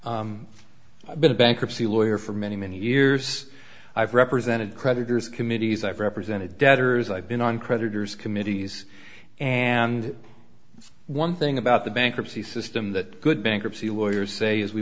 just been a bankruptcy lawyer for many many years i've represented creditors committees i've represented debtors i've been on creditors committees and one thing about the bankruptcy system that good bankruptcy lawyers say is we